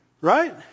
Right